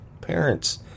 parents